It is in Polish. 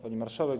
Pani Marszałek!